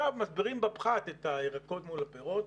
מסבירים בפחת את הירקות מול הפירות.